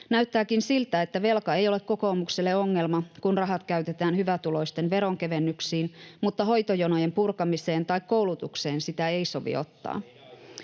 Näyttääkin siltä, että velka ei ole kokoomukselle ongelma, kun rahat käytetään hyvätuloisten veronkevennyksiin, mutta hoitojonojen purkamiseen tai koulutukseen sitä ei sovi ottaa.